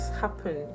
happen